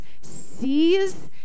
sees